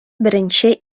беренче